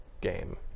game